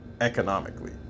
economically